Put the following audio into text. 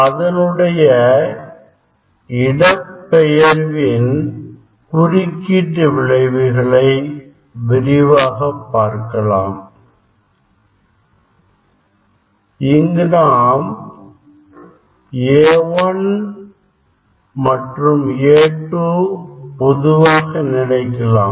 அதனுடைய இடப்பெயர்வின் குறுக்கீட்டு விளைவுகளை விரிவாக பார்க்கலாம் இங்கு நாம் A1 A2 பொதுவாக நினைக்கலாம்